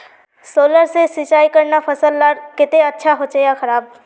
Solar से सिंचाई करना फसल लार केते अच्छा होचे या खराब?